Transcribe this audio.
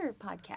podcast